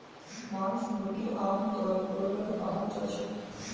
मांस मुर्गीक आमतौरत ब्रॉयलर कहाल जाछेक